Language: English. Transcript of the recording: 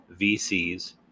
VCs